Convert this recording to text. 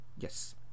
Yes